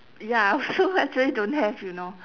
ya I also actually don't have you know